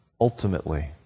ultimately